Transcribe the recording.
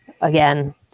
again